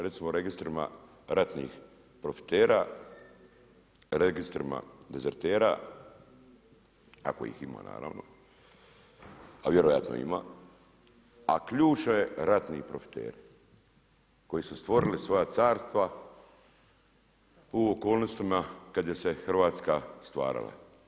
Recimo registrima ratnih profitera, registrima dezertera ako ih ima naravno, a vjerojatno ima, a ključno je ratni profiteri koji su stvorili svoja carstva u okolnostima kada se Hrvatska stvarala.